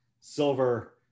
Silver